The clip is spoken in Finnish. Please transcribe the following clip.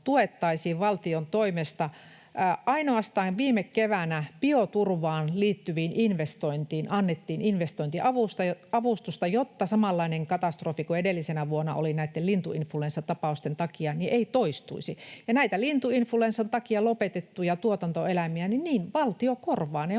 tuettaisiin valtion toimesta. Viime keväänä ainoastaan bioturvaan liittyviin investointeihin annettiin investointiavustusta, jotta samanlainen katastrofi kuin edellisenä vuonna oli näitten lintuinfluenssatapausten takia ei toistuisi. Näitä lintuinfluenssan takia lopetettuja tuotantoeläimiä valtio korvaa,